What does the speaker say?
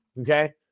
okay